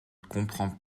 comprends